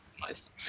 nice